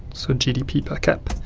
so gdppercap.